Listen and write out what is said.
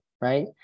right